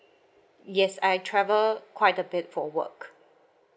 yes I travel quite a bit for work